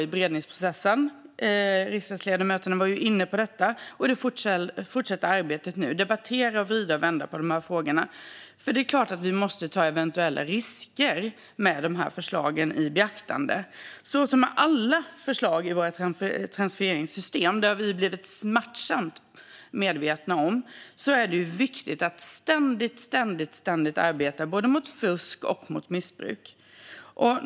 I beredningsprocessen och det fortsatta arbetet får man självklart debattera och vrida och vända på frågorna, något som riksdagsledamöterna var inne på. Vi måste såklart ta eventuella risker med förslagen i beaktande. Det måste vi göra med alla förslag i transfereringssystemen. Vi har blivit smärtsamt medvetna om att det är viktigt att ständigt arbeta mot fusk och missbruk.